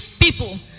people